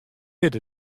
wit